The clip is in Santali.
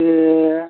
ᱤᱭᱟᱹ